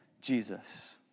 Jesus